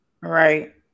right